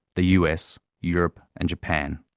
the us, europe and japan.